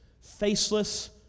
faceless